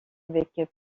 avec